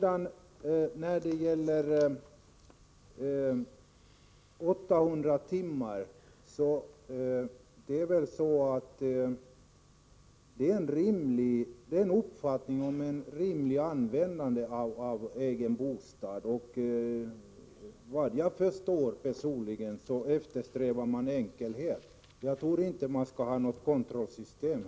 Beträffande 800 timmar är det väl vad som uppfattas vara ett rimligt användande av egen bostad. Såvitt jag förstår eftersträvar man enkelhet. Jag tror inte att man här skall ha något kontrollsystem.